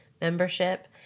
membership